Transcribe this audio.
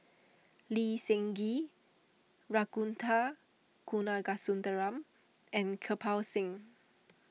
Lee Seng Gee Ragunathar Kanagasuntheram and Kirpal Singh